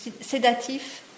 sédatif